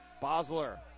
Bosler